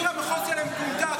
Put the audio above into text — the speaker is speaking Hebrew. עיר המחוז שלהם פונתה,